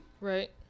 Right